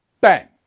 bang